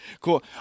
cool